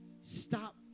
Stop